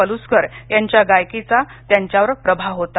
पलुस्कर यांच्या गायकीचा त्यांच्यावर प्रभाव होता